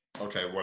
Okay